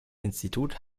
institut